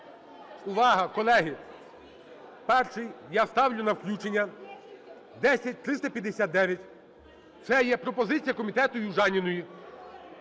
Увага, колеги! Перший я ставлю на включення 10359 - це є пропозиція комітетуЮжаніної